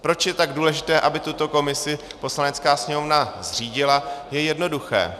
Proč je tak důležité, aby tuto komisi Poslanecká sněmovna zřídila, je jednoduché.